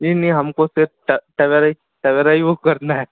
नहीं नहीं हमको सिर्फ टबेरा ही टबेरा ही बुक करना है